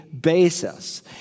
basis